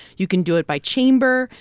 you can do it by chamber.